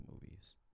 movies